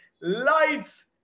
lights